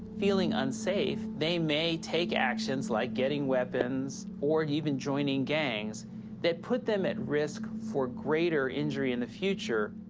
feeling unsafe, they may take actions like getting weapons or even joining gangs that put them at risk for greater injury in the future.